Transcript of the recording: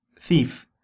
thief